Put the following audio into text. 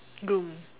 groom